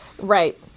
Right